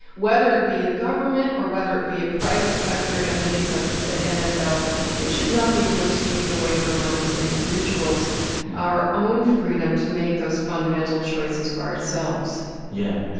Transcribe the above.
whether it be the government or whether it be a private sector entity such as the nfl they should not be able to take away from us as individuals our own freedom to make those fundamental choices for ourselves yeah,